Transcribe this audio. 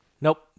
Nope